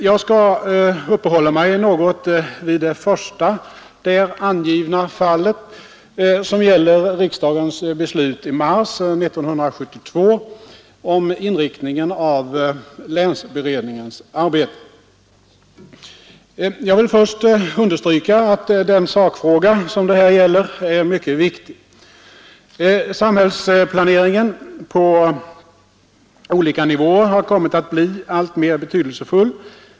Jag skall uppehålla mig något vid det första där angivna fallet som gäller riksdagens beslut i mars 1972 om inriktningen av länsberedningens arbete. Samhällsplaneringen på olika nivåer har kommit att bli alltmer betydelsefull.